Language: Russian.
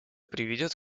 приведет